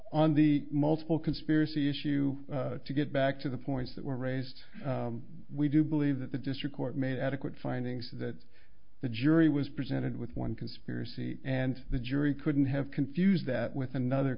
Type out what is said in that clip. on the multiple conspiracy issue to get back to the points that were raised we do believe that the district court made adequate findings that the jury was presented with one conspiracy and the jury couldn't have confused that with another